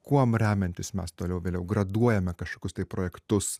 kuom remiantis mes toliau vėliau graduojame kažkokius tai projektus